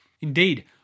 Indeed